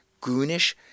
goonish